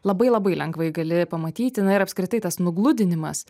labai labai lengvai gali pamatyti na ir apskritai tas nugludinimas